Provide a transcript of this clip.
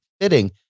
fitting